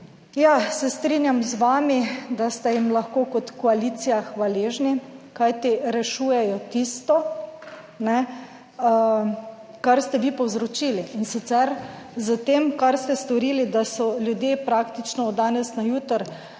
se strinjam z vami, da ste jim lahko kot koalicija hvaležni, kajti rešujejo tisto, kar ste vi povzročili in sicer s tem kar ste storili, da so ljudje praktično od danes na jutri